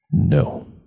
No